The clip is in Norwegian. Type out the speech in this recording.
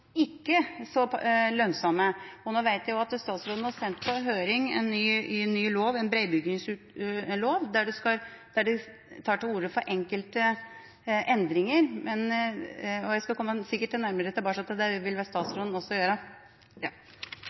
ikke så lønnsomme. Nå vet jeg at statsråden har sendt på høring en ny lov, en bredbåndsutbyggingslov, der man tar til orde for enkelte endringer. Jeg skal sikkert komme nærmere tilbake til det, og det vil nok statsråden også gjøre.